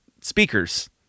speakers